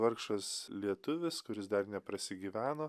vargšas lietuvis kuris dar neprasigyveno